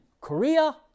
Korea